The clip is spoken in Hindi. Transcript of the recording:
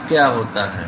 अब क्या होता है